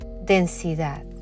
densidad